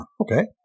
okay